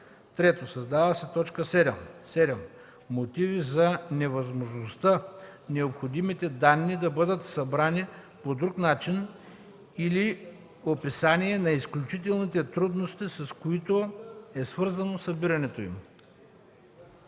3. Създава се т. 7: „7. мотиви за невъзможността необходимите данни да бъдат събрани по друг начин или описание на изключителните трудности, с които е свързано събирането им.”